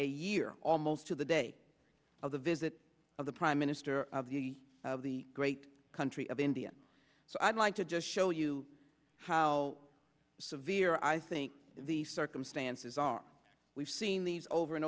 a year almost to the day of the visit of the prime minister of the of the great country of india so i'd like to just show you how severe i think the circumstances are we've seen these over and